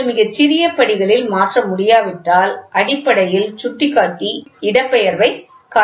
நீங்கள் மிகச் சிறிய படிகளில் மாற்ற முடியாவிட்டால் அடிப்படையில் சுட்டிக்காட்டி இடப்பெயர்வைக் காட்டுகிறது